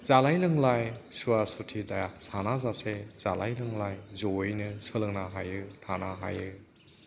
जालाय लोंलाय सुवा सुथि साना जासे जालाय लोंलाय जयैनो सोलोंनो हायो थानो हायो